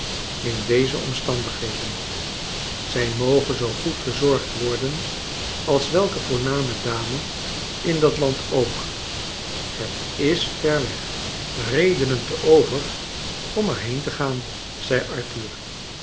in deze omstandigheden zij moge zoo goed verzorgd worden als welke voorname dame in dat land ook het is ver weg redenen te over om er heen te gaan zei arthur